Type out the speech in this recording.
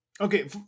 okay